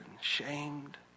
shamed